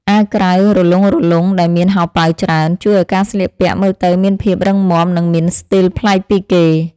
អាវក្រៅរលុងៗដែលមានហោប៉ៅច្រើន ជួយឱ្យការស្លៀកពាក់មើលទៅមានភាពរឹងមាំ និងមានស្ទីលប្លែកពីគេ។